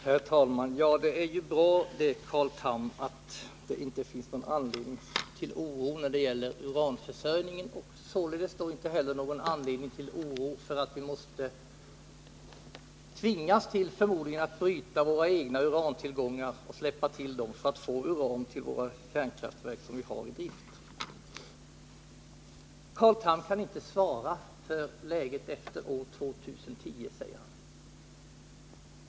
Herr talman! Det är ju bra, Carl Tham, att det inte finns någon anledning till oro när det gäller uranförsörjningen och således inte heller någon anledning till oro för att vi förmodligen tvingas till att bryta våra egna urantillgångar och släppa till dem för att få uran till de kärnkraftverk som vi har i drift. Carl Tham kan inte svara för läget efter år 2010, säger han.